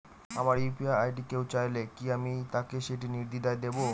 আমার UPI ID কেউ চাইলে কি আমি তাকে সেটি নির্দ্বিধায় দেব?